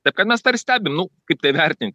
taip kad mes tą ir stebim kaip tai vertint